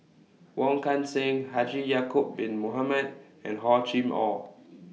Wong Kan Seng Haji Ya'Acob Bin Mohamed and Hor Chim Or